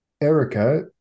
Erica